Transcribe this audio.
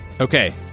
Okay